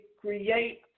create